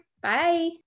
Bye